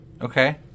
Okay